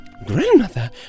Grandmother